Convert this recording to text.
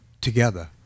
together